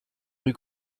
rue